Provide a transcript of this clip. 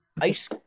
ice